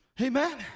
amen